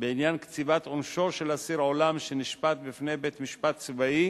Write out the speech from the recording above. בעניין קציבת עונשו של אסיר עולם שנשפט בפני בית-משפט צבאי